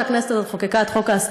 וטוב שהכנסת הזאת חוקקה את חוק ההסדרה,